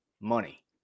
money